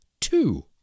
two